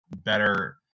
better